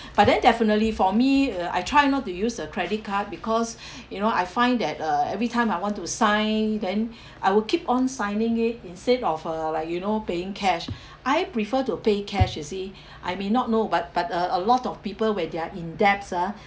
but then definitely for me uh I try not to use a credit card because you know I find that uh every time I want to sign then I will keep on signing it instead of uh like you know paying cash I prefer to pay cash you see I may not know but but uh a lot of people when they're in debts ah